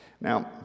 Now